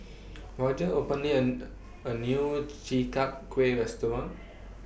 Roger openly and A New Chi Kak Kuih Restaurant